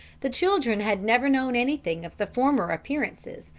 the children had never known anything of the former appearances,